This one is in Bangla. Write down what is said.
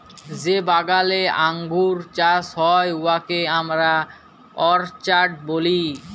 যে বাগালে আঙ্গুর চাষ হ্যয় উয়াকে আমরা অরচার্ড ব্যলি